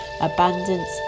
abundance